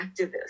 activist